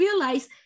realize